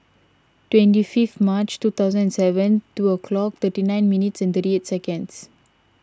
twenty fifth March two thousand and seven two o'clock thirty nine minutes and thirty eight seconds